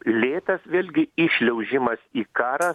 lėtas vėlgi įšliaužimas į karą